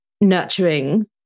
nurturing